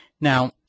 Now